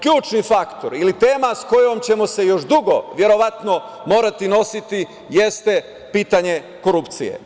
Ključni faktor ili tema sa kojom ćemo se još dugo verovatno morati nositi jeste pitanje korupcije.